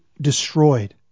destroyed